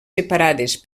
separades